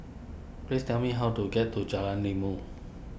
please tell me how to get to Jalan Ilmu